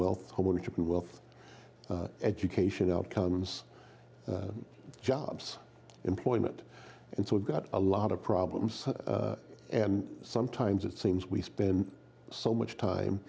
which will education outcomes jobs employment and so we've got a lot of problems and sometimes it seems we spend so much time